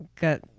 got